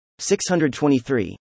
623